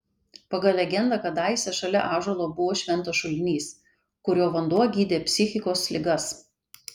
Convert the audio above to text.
pagal legendą kadaise šalia ąžuolo buvo šventas šulinys kurio vanduo gydė psichikos ligas